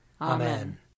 Amen